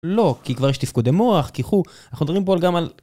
לא, כי כבר יש תפקודי מוח, כי חו... אנחנו מדברים פה גם על...